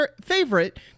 favorite